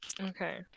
Okay